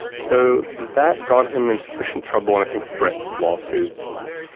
so that got him into official trouble, i think threats of law suits and things,